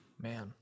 Man